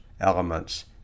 elements